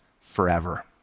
forever